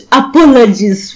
apologies